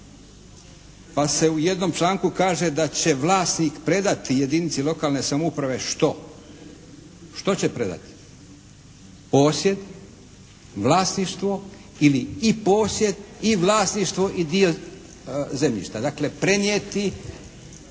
pa se u jednom članku kaže da će vlasnik predati jedinici lokalne samouprave. Što? Što će predati? Posjed, vlasništvo ili i posjed i vlasništvo i dio zemljišta. Dakle, prenijeti